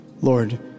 Lord